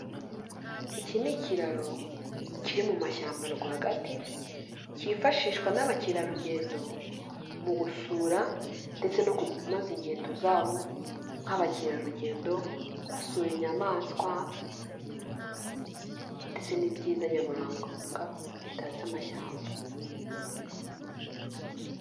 Iki ni ikiraro kiri mu mashyamba rwagati cyifashishwa n'abakerarugendo mu gusura ndetse no kunoza ingendo zabo nk'abakerarugendo basura inyamaswa ndetse n'ibyiza nyaburanga bitatse amashyamba.